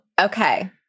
Okay